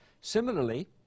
Similarly